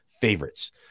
favorites